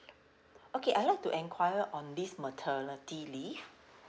okay I'd like to enquire on this maternity leave